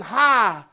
high